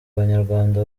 abanyarwanda